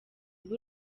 b’u